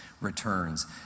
returns